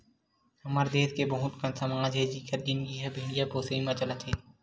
हमर देस के बहुत कन समाज हे जिखर जिनगी ह भेड़िया पोसई म चलत हे